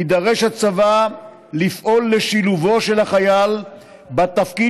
יידרש הצבא לפעול לשילובו של החייל בתפקיד